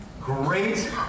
Great